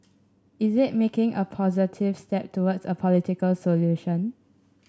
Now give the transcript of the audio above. is it making a positive step towards a political solution